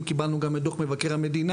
פתוחה,